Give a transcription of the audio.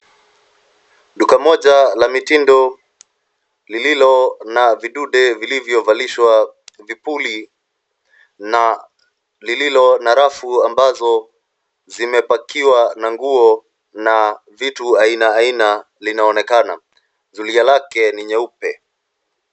Duka moja la mitindo lililo na vidude vilivyovalishwa vipuli na lililo na rafu ambazo zimepakiwa na nguo na vitu aina aina linaonekana. Zulia lake ni nyeupe.